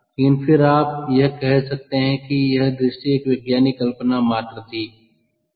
लेकिन फिर आप कह सकते हैं कि यह दृष्टि एक वैज्ञानिक कल्पना मात्र थी